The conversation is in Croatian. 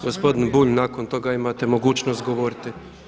Gospodine Bulj nakon toga imate mogućnost govoriti.